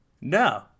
No